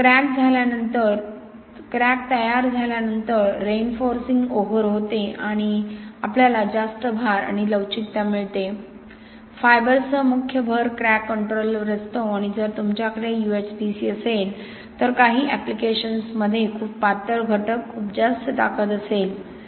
तर क्रॅक तयार झाल्यानंतर रीइन्फोर्सिंग ओव्हर होते आणि आपल्याला जास्त भार आणि लवचिकता मिळते फायबर्ससह मुख्य भर क्रॅक कंट्रोलवर असतो आणि जर तुमच्याकडे UHPC असेल तर काही ऍप्लिकेशन्समध्ये खूप पातळ घटक खूप जास्त ताकद असेल